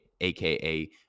AKA